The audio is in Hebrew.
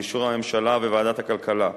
באישור הממשלה וועדת הכלכלה,